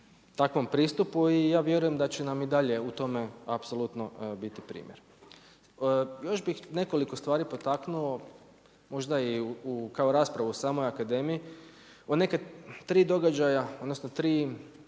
takvom pristupu i ja vjerujem da će nam i dalje u tome apsolutno biti primjer. Još bi nekoliko stvari potaknuo, možda i kao raspravu u samoj akademiji. O neka tri događaja, odnosno tri